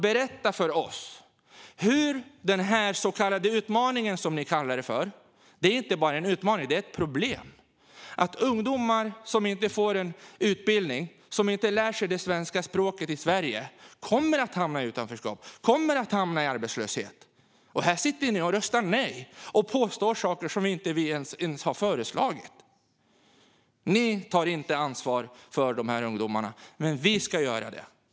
Berätta för oss om utmaningen, som ni kallar det för och som inte bara är en utmaning utan ett problem, att ungdomar inte får en utbildning och inte lär sig det svenska språket i Sverige! De kommer att hamna i utanförskap och arbetslöshet, och här sitter ni och röstar nej och påstår saker som vi inte ens har föreslagit. Ni tar inte ansvar för dessa ungdomar, men vi ska göra det.